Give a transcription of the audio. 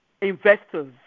investors